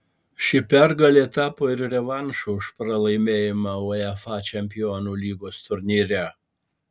ši pergalė tapo ir revanšu už pralaimėjimą uefa čempionų lygos turnyre